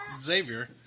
Xavier